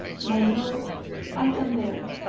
my load i can bear,